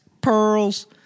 pearls